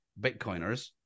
Bitcoiners